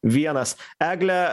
vienas egle